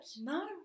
No